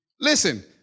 Listen